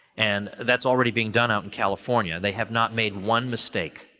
and that's already being done out in california. they have not made one mistake.